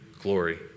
glory